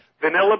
Vanilla